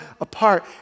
apart